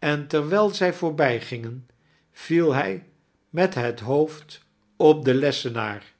en terwijl zij voorbijgingen viel hij met het hoofd op den lesaenaar